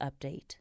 update